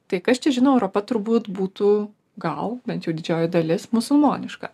tai kas čia žino europa turbūt būtų gal bent jau didžioji dalis musulmoniška